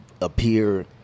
appear